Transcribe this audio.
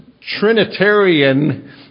Trinitarian